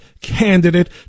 candidate